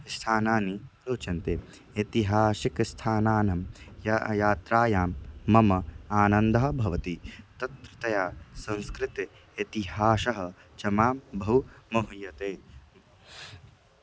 स्थानानि रोचन्ते ऐतिहासिकस्थानानां य यात्रायां मम आनन्दः भवति तत्रत्या संस्कृतिः इतिहासः च मां बहु मोह्यते